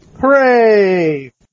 Hooray